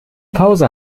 pause